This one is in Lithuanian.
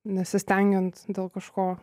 nesistengiant dėl kažko